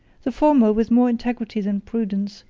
the former, with more integrity than prudence,